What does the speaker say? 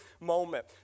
moment